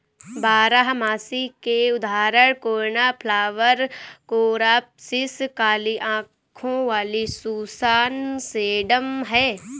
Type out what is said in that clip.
बारहमासी के उदाहरण कोर्नफ्लॉवर, कोरॉप्सिस, काली आंखों वाली सुसान, सेडम हैं